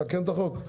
תקן את החוק.